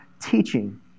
teaching